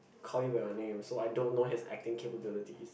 Call Me by Your Name so I don't know his acting capabilities